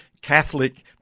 Catholic